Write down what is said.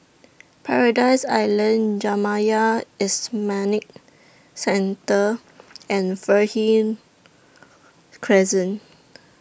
Paradise Island Jamiyah Centre and Fernhill Crescent